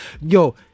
Yo